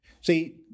See